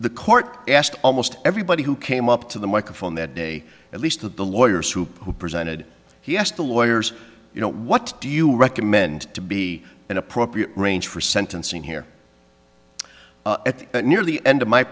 the court asked almost everybody who came up to the microphone that day at least with the lawyers who who presented he asked the lawyers you know what do you recommend to be an appropriate range for sentencing here at the nearly end of my